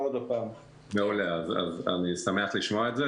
אני שמח לשמוע את זה.